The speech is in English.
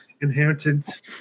inheritance